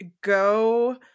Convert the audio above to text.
go